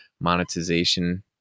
monetization